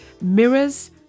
mirrors